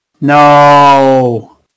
No